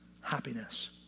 happiness